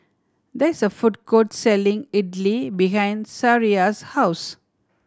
there is a food court selling Idili behind Sariah's house